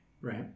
Right